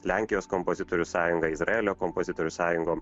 lenkijos kompozitorių sąjunga izraelio kompozitorių sąjungom